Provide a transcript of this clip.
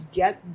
get